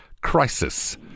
crisis